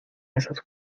esas